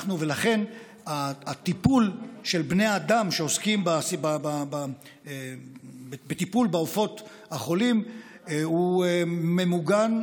לכן הטיפול של בני האדם שעוסקים בטיפול בעופות החולים הוא ממוגן,